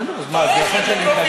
בסדר, אז מה, אז לכן שאתנגד?